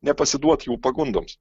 nepasiduot jų pagundoms